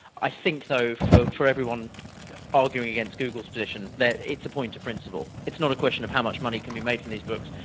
i think though for for everyone arguing against google's tradition, it's a point of principle, it's not a question of how much money can we make on these books,